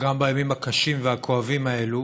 גם בימים הקשים האלה,